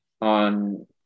on